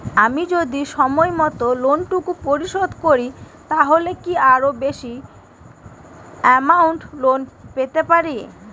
আমি যদি সময় মত লোন টুকু পরিশোধ করি তাহলে কি আরো বেশি আমৌন্ট লোন পেতে পাড়ি?